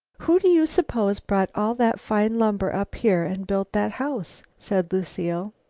who do you suppose brought all that fine lumber up here and built that house? said lucile.